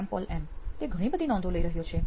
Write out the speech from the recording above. શ્યામ પોલ એમ તે ઘણી બધી નોંધો લઈ રહ્યો છે